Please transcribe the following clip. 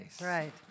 Right